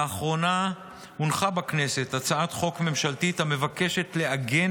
לאחרונה הונחה בכנסת הצעת חוק ממשלתית המבקשת לעגן